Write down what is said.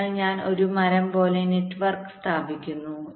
അതിനാൽ ഞാൻ ഒരു മരം പോലെ ക്ലോക്ക് നെറ്റ്വർക്ക് സ്ഥാപിക്കുന്നു